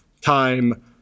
time